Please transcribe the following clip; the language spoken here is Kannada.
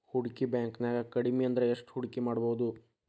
ಹೂಡ್ಕಿ ಬ್ಯಾಂಕ್ನ್ಯಾಗ್ ಕಡ್ಮಿಅಂದ್ರ ಎಷ್ಟ್ ಹೂಡ್ಕಿಮಾಡ್ಬೊದು?